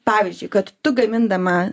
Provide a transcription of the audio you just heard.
pavyzdžiui kad tu gamindama